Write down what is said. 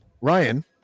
Ryan